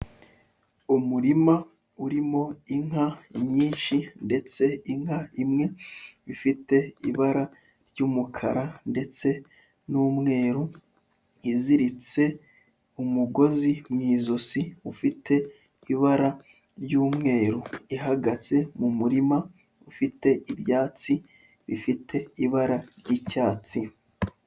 Umurima urimo inka nyinshi ndetse inka imwe ifite ibara ry'umukara ndetse n'umweru, iziritse umugozi mu ijosi ufite ibara ry'umweru, ihagaze mu murima ufite ibyatsi bifite ibara ry'icyatsi.